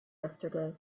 yesterday